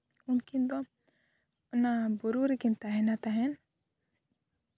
ᱩᱱᱠᱤᱱ ᱫᱚ ᱚᱱᱟ ᱵᱩᱨᱩ ᱨᱮᱠᱤᱱ ᱛᱟᱦᱮᱱᱟ ᱛᱟᱦᱮᱸᱜ